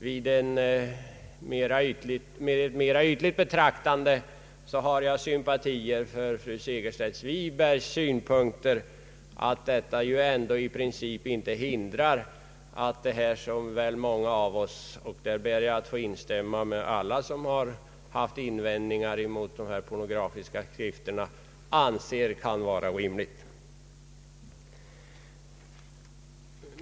Vid ett mera ytligt betraktande har jag fått sympatier för fru Segerstedt Wibergs synpunkter att detta ju i princip inte hindrar att många av oss — och jag ber att på denna punkt få instämma med alla som haft invändningar mot de pornografiska skrifterna — anser att detta kan vara rimligt.